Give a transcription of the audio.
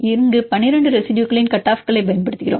இங்கு 12 ரெசிடுயுகளின் கட் ஆஃப்க்களைப் பயன்படுத்துகிறோம்